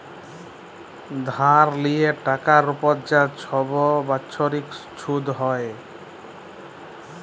ধার লিয়ে টাকার উপর যা ছব বাচ্ছরিক ছুধ হ্যয়